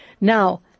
Now